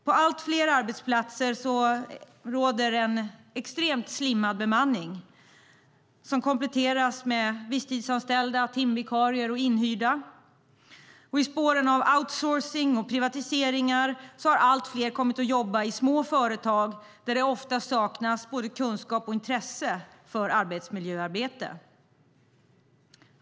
På allt fler arbetsplatser råder en extremt slimmad bemanning som kompletteras med visstidsanställda, timvikarier och inhyrda. I spåren av outsourcing och privatiseringar har allt fler kommit att jobba i små företag där det ofta saknas både kunskap och intresse för arbetsmiljöarbete.